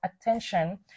attention